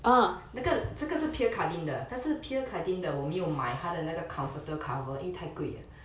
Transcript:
那个这个是 pierre cardin 的但是 pierre cardin 的我没有买他的那个 comforter cover 因为太贵